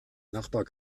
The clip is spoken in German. nachbar